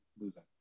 losing